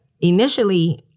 initially